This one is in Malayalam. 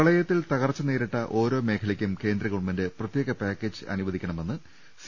പ്രളയത്തിൽ തകർച്ച നേരിട്ട ഓരോ മേഖലയ്ക്കും കേന്ദ്ര ഗവൺമെന്റ് പ്രത്യേക പാക്കേജ് അനുവദിക്കണമെന്ന് സി